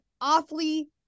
awfully